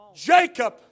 Jacob